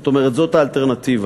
זאת אומרת, זאת האלטרנטיבה.